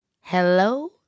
Hello